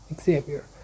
Xavier